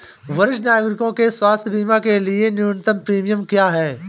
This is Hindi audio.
वरिष्ठ नागरिकों के स्वास्थ्य बीमा के लिए न्यूनतम प्रीमियम क्या है?